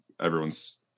everyone's